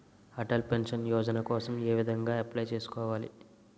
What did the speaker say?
Atal pension Yojana కోసం ఏ విధంగా అప్లయ్ చేసుకోవాలి?